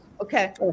Okay